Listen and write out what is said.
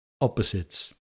opposites